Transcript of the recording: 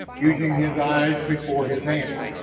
using his eyes before his hands.